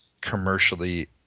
commercially